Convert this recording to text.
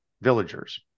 villagers